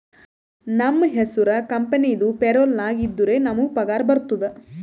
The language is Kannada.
ನಮ್ದು ಹೆಸುರ್ ಕಂಪೆನಿದು ಪೇರೋಲ್ ನಾಗ್ ಇದ್ದುರೆ ನಮುಗ್ ಪಗಾರ ಬರ್ತುದ್